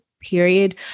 period